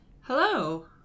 Hello